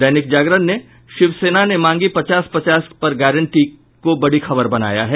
दैनिक जागरण ने शिवसेना ने मांगी पचास पचास पर गारंटी को बड़ी खबर बनाया है